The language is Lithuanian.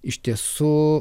iš tiesų